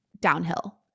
downhill